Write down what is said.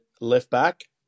left-back